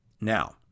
Now